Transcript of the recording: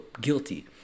guilty